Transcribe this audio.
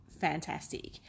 fantastic